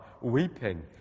weeping